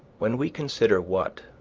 when we consider what,